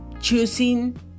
choosing